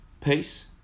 Peace